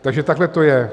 Takže takhle to je.